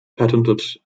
patented